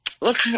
look